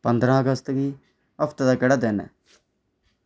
पंदरां अगस्त गी हफ्ते दा केह्ड़ा दिन ऐ